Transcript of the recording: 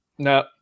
No